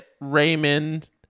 Raymond